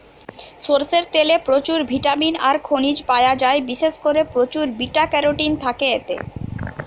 সরষের তেলে প্রচুর ভিটামিন আর খনিজ পায়া যায়, বিশেষ কোরে প্রচুর বিটা ক্যারোটিন থাকে এতে